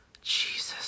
Jesus